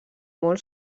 molt